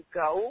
go